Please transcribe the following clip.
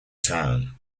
town